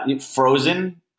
frozen